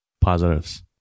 positives